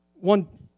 one